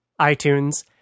iTunes